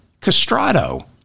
Castrato